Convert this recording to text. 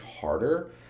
harder